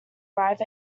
arrive